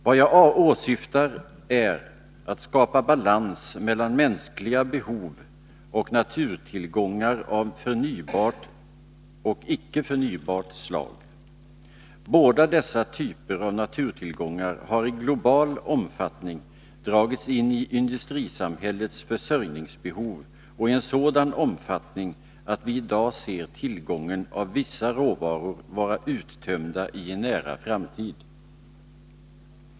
Vad jag åsyftar är att skapa balans mellan mänskliga behov och naturtillgångar av förnybart och icke förnybart slag. Båda dessa typer av naturtillgångar har i global omfattning dragits in i industrisamhällets försörjningsbehov och i en sådan omfattning att vi i dag ser tillgången av vissa råvaror vara uttömda i en nära framtid.